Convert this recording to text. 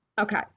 okay